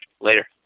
Later